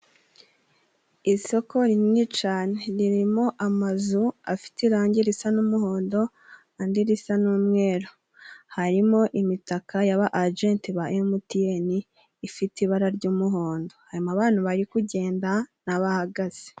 Isoko rinini cane ririmo amazu afite irangi risa n'umuhondo andi risa n'umweru, harimo imitaka y'aba ajenti ba Emutiyene ifite ibara ry'umuhondo, harimo abantu bari kugenda n'abahagaze.